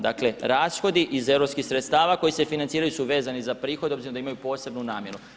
Dakle, rashodi iz europskih sredstava koji se financiraju su vezani za prihod obzirom suda imaju posebnu namjenu.